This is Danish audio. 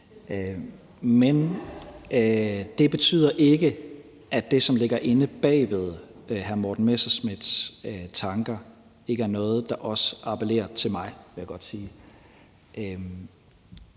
Men det betyder ikke, at det, som ligger inde bag ved hr. Morten Messerschmidts tanker, ikke også er noget, der appellerer til mig. Det vil jeg godt sige.